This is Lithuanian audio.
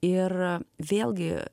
ir vėlgi